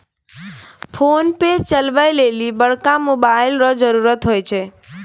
PhonePe चलबै लेली बड़का मोबाइल रो जरुरत हुवै छै